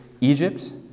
Egypt